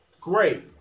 great